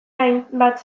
hainbat